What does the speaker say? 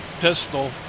pistol